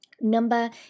Number